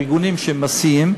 לארגונים שמסיעים.